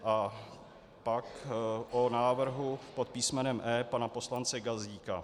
A pak o návrhu pod písmenem E pana poslance Gazdíka.